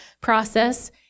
process